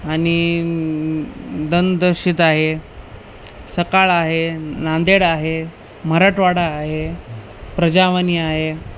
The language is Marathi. आणि दिनदर्शित आहे सकाळ आहे नांदेड आहे मराठवाडा आहे प्रजावाणी आहे